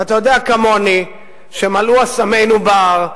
ואתה יודע כמוני שמלאו אסמינו בר,